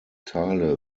teile